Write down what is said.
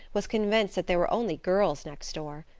was convinced that there were only girls next door.